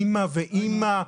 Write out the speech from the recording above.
אימא ואימא,